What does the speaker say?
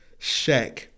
Shaq